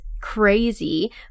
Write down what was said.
crazy